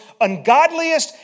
ungodliest